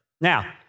Now